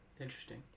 Interesting